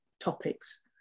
topics